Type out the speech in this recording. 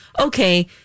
okay